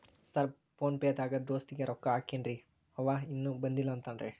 Sir PhonePe ದಾಗ ದೋಸ್ತ್ ಗೆ ರೊಕ್ಕಾ ಹಾಕೇನ್ರಿ ಅಂವ ಇನ್ನು ಬಂದಿಲ್ಲಾ ಅಂತಾನ್ರೇ?